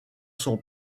son